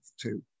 two